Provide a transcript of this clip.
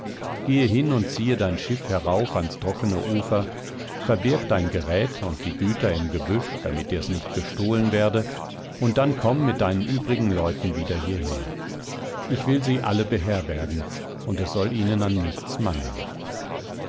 gehe hin und ziehe dein schiff herauf ans trockene ufer verbirg dein gerät und die güter im gebüsch damit dir's nicht gestohlen werde und dann komm mit deinen übrigen leuten wieder hierher ich will sie alle beherbergen und es soll ihnen an nichts mangeln